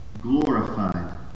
glorified